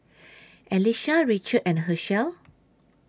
Alisha Richard and Hershell